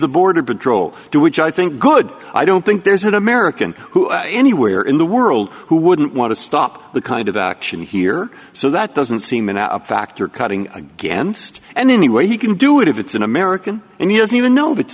the border patrol do which i think good i don't think there's an american who anywhere in the world who wouldn't want to stop the kind of action here so that doesn't seem in a factor cutting against and anyway he can do it if it's an american and he doesn't even know if it's